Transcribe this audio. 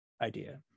idea